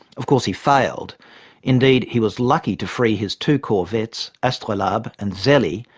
of course, he failed indeed he was lucky to free his two corvettes, astrolabe and zelee,